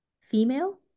female